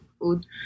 food